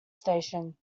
station